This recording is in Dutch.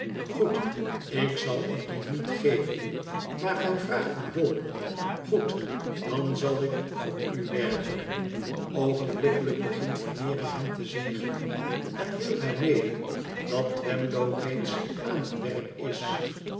goed ik zal u dien niet geven maar gij vraagt om hulp goed dan zal ik voor u werken oogenblikkelijk begint veneering hem te zegenen en deelt hem mede dat twemlow reeds aan het werk is